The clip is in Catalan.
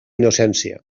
innocència